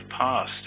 passed